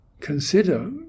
consider